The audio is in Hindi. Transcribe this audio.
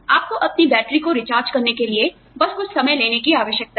आपको अपनी बैटरी को रिचार्ज करने के लिए बस कुछ समय लेने की आवश्यकता है